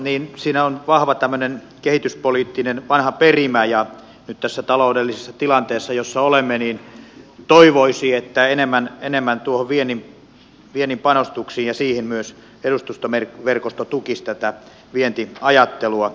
tässä edustustoverkostossa on vahva tämmöinen kehityspoliittinen vanha perimä ja nyt tässä taloudellisessa tilanteessa jossa olemme toivoisi että enemmän keskityttäisiin noihin viennin panostuksiin ja myös edustustoverkosto tukisi tätä vientiajattelua